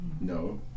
No